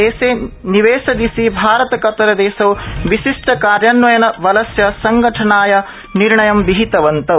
देशे निवेशदिशि भारत कतर देशौ विशिष्ट कार्यान्वयन बलस्य संगठनाय निर्णयं विहितवन्तौ